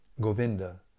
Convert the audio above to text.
Govinda